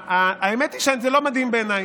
האמת היא שזה לא מדהים בעיניי.